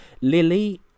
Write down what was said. Lily